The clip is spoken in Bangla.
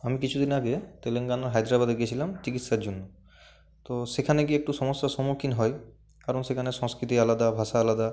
আমি কিছুদিন আগে তেলেঙ্গানা হায়দ্রাবাদে গিয়েছিলাম চিকিৎসার জন্য তো সেখানে গিয়ে একটু সমস্যার সম্মুখীন হই কারণ সেখানের সংস্কৃতি আলাদা ভাষা আলাদা